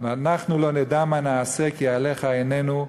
"ואנחנו לא נדע מה נעשה כי עליך עינינו.